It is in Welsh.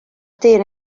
dyn